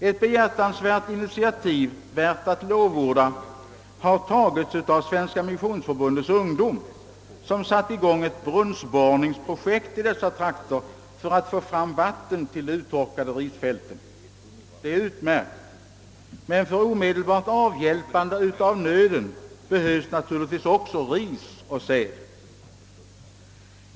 Ett behjärtansvärt initiativ, värt att lovorda, har tagits av Svenska missionsförbundets ungdom som satt i gång ett brunnsborrningsprojekt i dessa trakter för att få fram vatten till de uttorkade risfälten. Det är utmärkt. Men för omedelbart avhjälpande av nöden behövs naturligtvis också ris och säd.